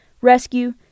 rescue